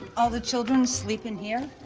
ah the children sleep in here?